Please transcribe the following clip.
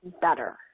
better